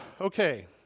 okay